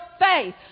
faith